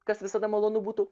kas visada malonu būtų